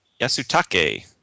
Yasutake